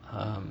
um